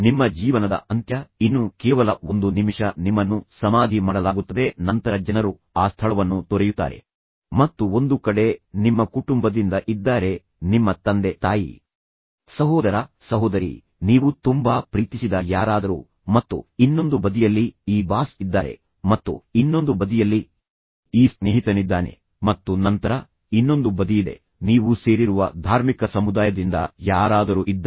ನಿಮ್ಮ ಜೀವನದ ಅಂತ್ಯ ಇನ್ನು ಕೇವಲ ಒಂದು ನಿಮಿಷ ನಿಮ್ಮನ್ನು ಸಮಾಧಿ ಮಾಡಲಾಗುತ್ತದೆ ಮತ್ತು ನಂತರ ಜನರು ಆ ಸ್ಥಳವನ್ನು ತೊರೆಯುತ್ತಾರೆ ಮತ್ತು ಒಂದು ಕಡೆ ನಿಮ್ಮ ಕುಟುಂಬದಿಂದ ಇದ್ದಾರೆ ನಿಮ್ಮ ತಂದೆ ತಾಯಿ ಸಹೋದರ ಸಹೋದರಿ ನೀವು ತುಂಬಾ ಪ್ರೀತಿಸಿದ ಯಾರಾದರೂ ಮತ್ತು ಇನ್ನೊಂದು ಬದಿಯಲ್ಲಿ ಈ ಬಾಸ್ ಇದ್ದಾರೆ ಮತ್ತು ಇನ್ನೊಂದು ಬದಿಯಲ್ಲಿ ಈ ಸ್ನೇಹಿತನಿದ್ದಾನೆ ಮತ್ತು ನಂತರ ಇನ್ನೊಂದು ಬದಿಯಿದೆ ನೀವು ಸೇರಿರುವ ಧಾರ್ಮಿಕ ಸಮುದಾಯದಿಂದ ಯಾರಾದರೂ ಇದ್ದಾರೆ